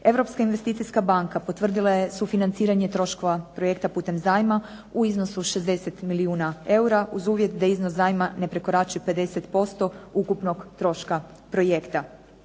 Europska investicijska banka potvrdila je sufinanciranje troškova projekta putem zajma u iznosu od 60 milijuna eura, uz uvjet da iznos zajma ne prekorači 50% ukupnog troška projekta.